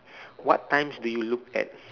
what times do you look at